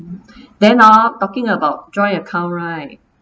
then ah talking about joint account right